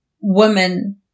women